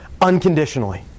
unconditionally